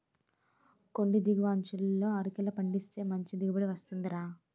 కొండి దిగువ అంచులలో అరికలు పండిస్తే మంచి దిగుబడి వస్తుందిరా